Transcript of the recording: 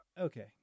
Okay